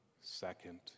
second